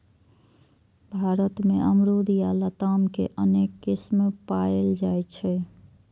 भारत मे अमरूद या लताम के अनेक किस्म पाएल जाइ छै